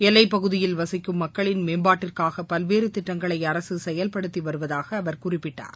எல்லைப் பகுதியில் வசிக்கும் மக்களின் மேம்பாட்டிற்காக பல்வேறு திட்டங்களை அரசு செயல்படுத்தி வருவதாக அவர் குறிப்பிட்டார்